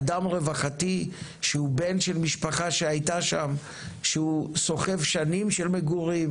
אדם רווחתי שהוא בן של משפחה שהייתה שם שהוא סוחב שנים של מגורים,